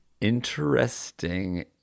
Interesting